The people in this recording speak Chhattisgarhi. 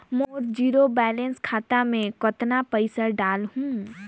मोर जीरो बैलेंस खाता मे कतना पइसा डाल हूं?